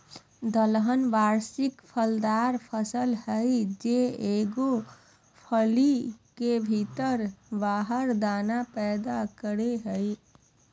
दलहन वार्षिक फलीदार फसल हइ जे एगो फली के भीतर बारह दाना पैदा करेय हइ